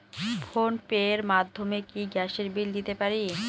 Phone pay র মাধ্যমে কি গ্যাসের বিল দিতে পারি?